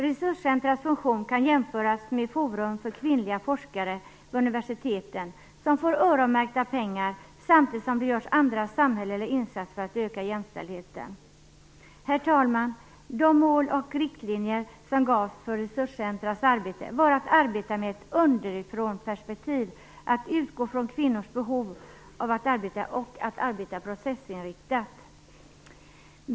Resurscentrumens funktion kan jämföras med forum för kvinnliga forskare på universiteten som får öronmärkta pengar, samtidigt som andra samhälleliga insatser görs för att öka jämställdheten. Herr talman! De mål och riktlinjer som givits för resurscentrumens arbete har varit att arbeta med ett underifrånperspektiv, att utgå från kvinnors behov av att arbeta processinriktat.